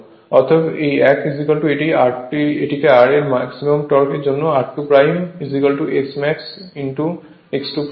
অতএব এই এক এটিকে r এর ম্যাক্সিমাম টর্কের জন্য r2Smax x 2 হয়